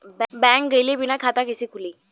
Bank गइले बिना खाता कईसे खुली?